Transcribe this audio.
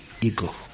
ego